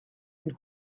une